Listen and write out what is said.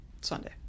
Sunday